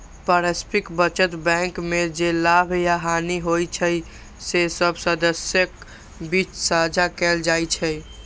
पारस्परिक बचत बैंक मे जे लाभ या हानि होइ छै, से सब सदस्यक बीच साझा कैल जाइ छै